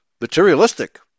materialistic